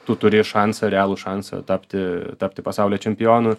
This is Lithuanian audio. tu turi šansą realų šansą tapti tapti pasaulio čempionu